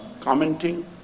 commenting